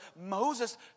Moses